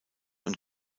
und